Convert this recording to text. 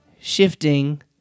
shifting